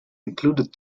included